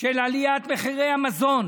של עליית מחירי המזון